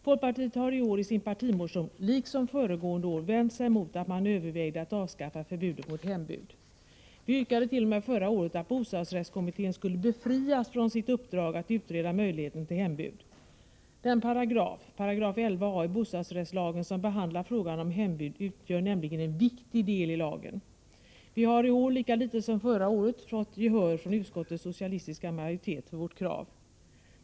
Folkpartiet har i år i sin partimotion, liksom föregående år, vänt sig mot att man övervägde att avskaffa förbudet mot hembud. Vi yrkade förra året att bostadsrättskommittén skulle befrias från sitt uppdrag att utreda möjligheten till hembud. Den paragraf, 11 a §, i bostadsrättslagen som behandlar frågan om hembud utgör nämligen en viktig del i lagen. Vi har i år, lika litet som förra året, fått gehör hos utskottets socialistiska majoritet för vårt krav.